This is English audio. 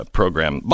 program